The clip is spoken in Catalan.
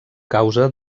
causa